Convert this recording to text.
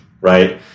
right